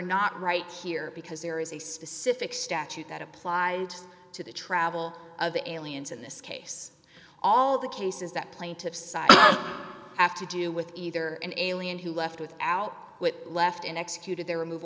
not right here because there is a specific statute that applies to the travel of the aliens in this case all the cases that plaintiffs have to do with either an alien who left without left and executed their remov